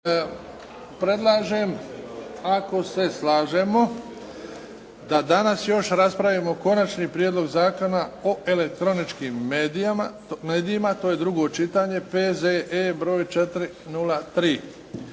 Predlažem, ako se slažemo, da danas još raspravimo - Konačni prijedlog Zakona o elektroničkim medijima, drugo čitanje, P.Z.E. br. 403